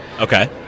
okay